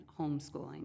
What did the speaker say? homeschooling